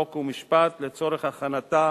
חוק ומשפט לצורך הכנתה